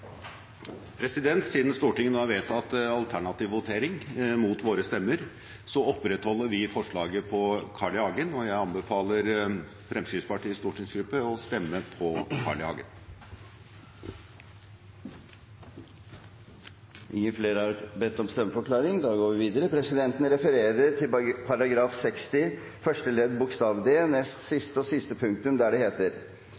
alternativ votering, mot våre stemmer, opprettholder vi forslaget på Carl I. Hagen, og jeg anbefaler Fremskrittspartiets stortingsgruppe å stemme på Carl I. Hagen.